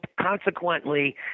consequently